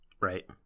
Right